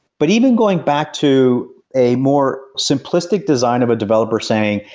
but even going back to a more simplistic design of a developer saying,